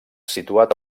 situat